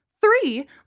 Three